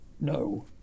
No